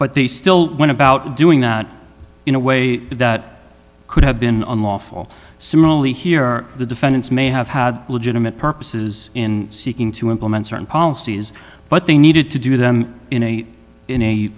but they still went about doing that in a way that could have been unlawful similarly here the defendants may have had legitimate purposes in seeking to implement certain policies but they needed to do them in a in a